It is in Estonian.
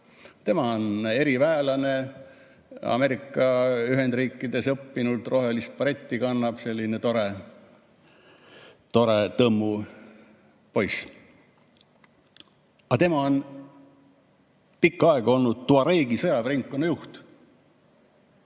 Ta on eriväelane, Ameerika Ühendriikides õppinud, rohelist baretti kannab, selline tore tõmmu poiss. Tema on pikka aega olnud Tuareegi sõjaväeringkonna juht